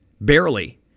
Barely